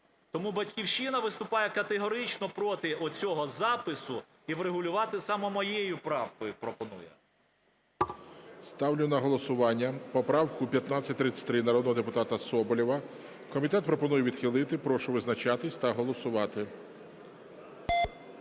Тому "Батьківщина" виступає категорично проти цього запису і врегулювати саме моєю правкою пропонує. ГОЛОВУЮЧИЙ. Ставлю на голосування поправку 1533 народного депутата Соболєва. Комітет пропонує відхилити. Прошу визначатись та голосувати.